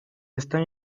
están